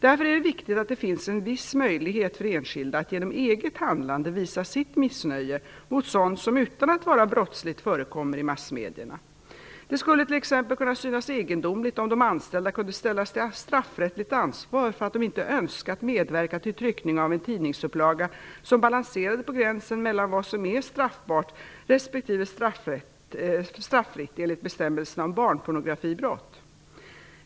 Därför är det viktigt att det finns en viss möjlighet för enskilda att genom eget handlande visa sitt missnöje mot sådant som, utan att vara brottsligt, förekommer i massmedierna. Det skulle t.ex. kunna synas egendomligt om de anställda kunde ställas till straffrättsligt ansvar för att de inte önskat medverka till tryckning av en tidningsupplaga som balanserade på gränsen mellan vad som är straffbart respektive straffritt enligt bestämmelserna om barnpornografibrott.